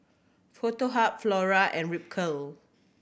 Foto Hub Flora and Ripcurl